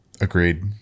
agreed